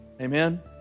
amen